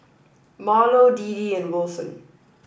Marlo Deedee and Wilson